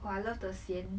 !wah! I love the 咸